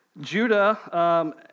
Judah